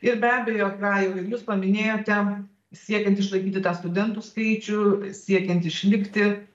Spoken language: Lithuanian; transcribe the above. ir be abejo ką jau ir jūs paminėjote siekiant išlaikyti tą studentų skaičių siekiant išlikti